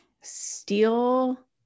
Steel